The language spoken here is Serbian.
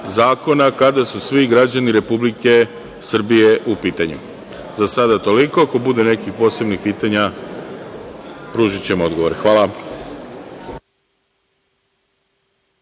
zakona kada su svi građani Republike Srbije u pitanju.Za sada toliko. Ako bude nekih posebnih pitanja, pružićemo odgovore. Hvala.